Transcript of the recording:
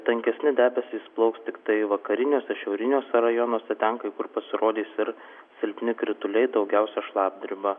tankesni debesys plauks tiktai vakariniuose šiauriniuose rajonuose ten kai kur pasirodys ir silpni krituliai daugiausia šlapdriba